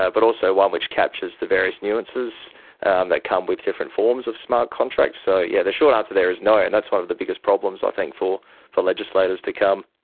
ah but also one which captures the various nuances um that come with different forms of smart contracts. so yeah the short answer there is no, and that's one of the biggest problems i think for legislators to come.